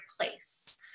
place